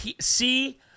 see